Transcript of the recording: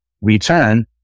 return